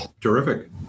Terrific